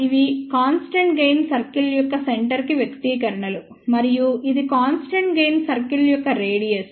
ఇవి constant gain circle యొక్క centre కి వ్యక్తీకరణలు మరియు ఇది కాన్స్టెంట్ గెయిన్ సర్కిల్ యొక్క రేడియస్